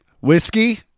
Whiskey